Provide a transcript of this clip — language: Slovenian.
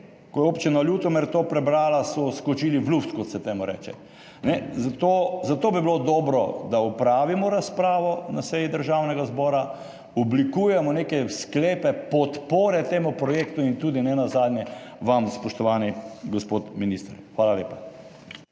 Ko je občina Ljutomer to prebrala, so skočili v luft, kot se temu reče. Zato bi bilo dobro, da opravimo razpravo na seji Državnega zbora, oblikujemo neke sklepe podpore temu projektu, in nenazadnje tudi vam, spoštovani gospod minister. Hvala lepa.